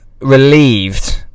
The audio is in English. relieved